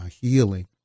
healing